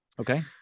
Okay